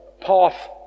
path